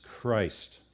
Christ